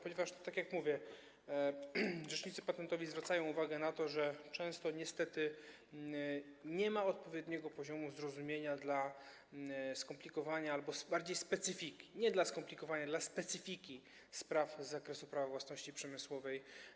Ponieważ, tak jak mówię, rzecznicy patentowi zwracają uwagę na to, że często niestety nie ma odpowiedniego poziomu zrozumienia dla skomplikowania albo bardziej specyfiki, właściwie nie dla skomplikowania, ale specyfiki spraw z zakresu prawa własności przemysłowej.